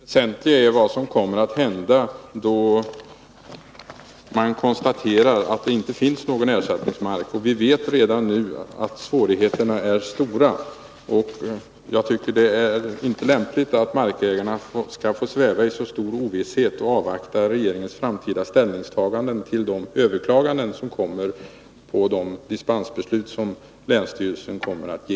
Herr talman! Det väsentliga är ju vad som kommer att hända då man konstaterar att det inte finns någon ersättningsmark. Vi vet redan nu att svårigheterna är stora, och jag tycker inte att det är lämpligt att markägarna skall få sväva i så stor ovisshet och avvakta regeringens framtida ställningstaganden till de överklaganden som kommer med anledning av de dispenser som länsstyrelsen kommer att ge.